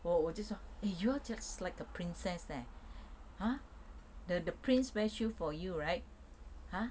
我我就说 eh you just like the princess leh ah the the prince wear shoe for right !huh!